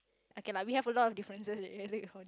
okay lah we have a lot differences you really need to hold it